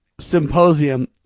symposium